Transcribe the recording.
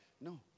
no